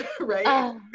right